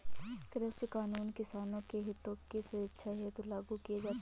कृषि कानून किसानों के हितों की सुरक्षा हेतु लागू किए जाते हैं